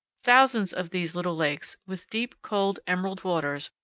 thousands of these little lakes, with deep, cold, emerald waters,